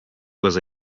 was